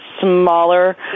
smaller